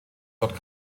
dort